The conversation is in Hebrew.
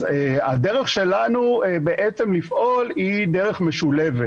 אז הדרך שלנו בעצם לפעול היא דרך משולבת.